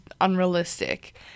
unrealistic